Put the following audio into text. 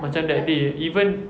macam that day even